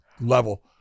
level